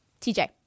TJ